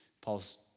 Paul's